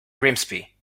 grimsby